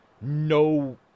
no